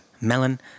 Melon